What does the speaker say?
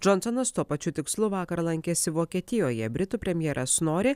džonsonas tuo pačiu tikslu vakar lankėsi vokietijoje britų premjeras nori